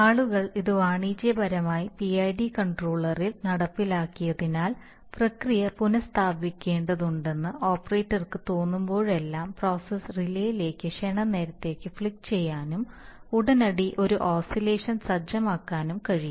ആളുകൾ ഇത് വാണിജ്യപരമായി പിഐഡി കൺട്രോളറിൽ നടപ്പിലാക്കിയതിനാൽ പ്രക്രിയ പുനസ്ഥാപിക്കേണ്ടതുണ്ടെന്ന് ഓപ്പറേറ്റർക്ക് തോന്നുമ്പോഴെല്ലാം പ്രോസസ്സ് റിലേയിലേക്ക് ക്ഷണനേരത്തേക്ക് ഫ്ലിക്കുചെയ്യാനും ഉടനടി ഒരു ഓസിലേഷൻ സജ്ജമാക്കാനും കഴിയും